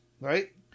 right